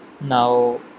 now